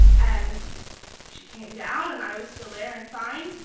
and she came down, and i was still there and fine.